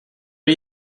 are